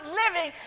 living